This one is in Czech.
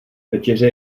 večeře